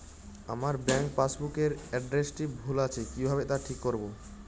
আমার bank passbook এর এড্রেসটি ভুল আছে কিভাবে তা ঠিক করবো?